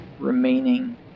Remaining